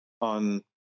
on